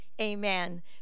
amen